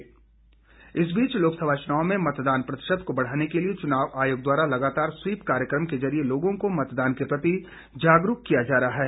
SVEEP इस बीच लोकसभा चुनाव में मतदान प्रतिशत को बढ़ाने के लिए चुनाव आयोग द्वारा लगातार स्वीप कार्यक्रम के जरिये लोगों को मतदान के प्रति जागरूक किया जा रहा है